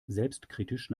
selbstkritisch